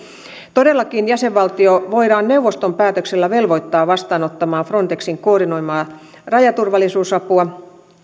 todellakin jäsenvaltio voidaan neuvoston päätöksellä velvoittaa vastaanottamaan frontexin koordinoimaa rajaturvallisuusapua